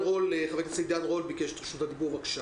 חבר הכנסת עידן רול ביקש את רשות הדיבור, בבקשה.